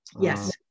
Yes